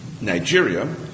Nigeria